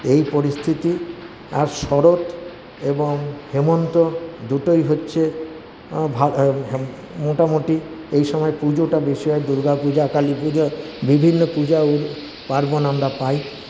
এই পরিস্থিতি আর শরৎ এবং হেমন্ত দুটোই হচ্ছে মোটামুটি এই সময় পুজোটা বেশি হয় দুর্গাপূজা কালীপূজা বিভিন্ন পূজা পার্বন আমরা পাই